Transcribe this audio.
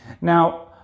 Now